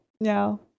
no